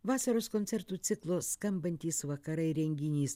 vasaros koncertų ciklo skambantys vakarai renginys